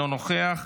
אינו נוכח,